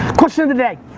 question of the day,